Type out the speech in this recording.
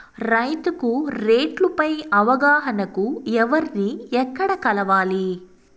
రైతుకు రేట్లు పై అవగాహనకు ఎవర్ని ఎక్కడ కలవాలి?